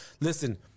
Listen